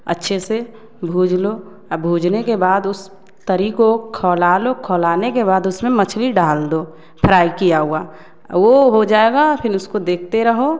अच्छे से भूज लो और भूजने के बाद उस तरी को खौला लो खौलाने के बाद उसमें मछली डाल दो फ्राई किया हुआ वो हो जाएगा फिर उसको देखते रहो